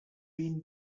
been